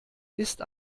ist